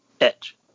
Edge